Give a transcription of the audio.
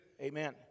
Amen